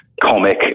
comic